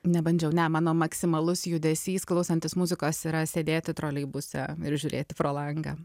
nebandžiau ne mano maksimalus judesys klausantis muzikos yra sėdėti troleibuse ir žiūrėti pro langą